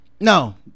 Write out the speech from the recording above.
no